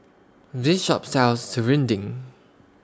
This Shop sells Serunding